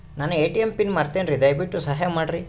ನನ್ನ ATM PIN ಮರೆತೇನ್ರೀ, ದಯವಿಟ್ಟು ಸಹಾಯ ಮಾಡ್ರಿ